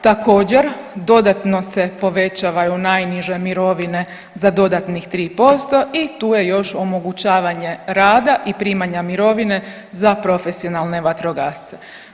Također, dodatno se povećavaju najniže mirovine za dodatnih 3% i tu je još omogućavanje rada i primanja mirovine za profesionalne vatrogasce.